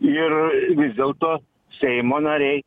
ir vis dėlto seimo nariai